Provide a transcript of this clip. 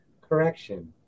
correction